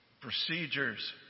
Procedures